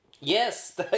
Yes